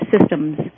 systems